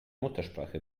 muttersprache